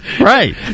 Right